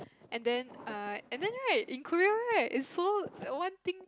and then err and then right in Korea right it's so one thing